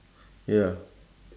ya